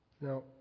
Now